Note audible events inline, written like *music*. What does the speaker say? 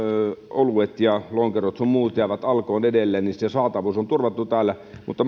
oluet ja lonkerot sun muut jäävät alkoon edelleen niin se saatavuus on turvattu täällä mutta *unintelligible*